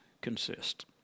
consist